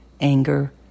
anger